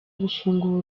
gufungura